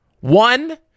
One